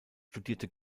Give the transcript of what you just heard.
studierte